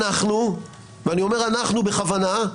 אנחנו, ואני אומר אנחנו בכוונה,